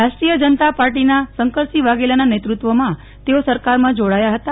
રાષ્ટ્રીય જનતા પાર્ટીના શ્રી શંકરસિંહ વાઘેલાના નેતૃત્વમાં તેઓ સરકારમાં જોડાયા હતા